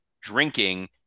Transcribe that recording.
drinking